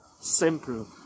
simple